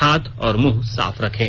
हाथ और मुंह साफ रखें